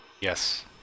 Yes